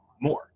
more